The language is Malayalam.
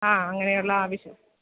ആ അങ്ങനെയുള്ള ആവശ്യം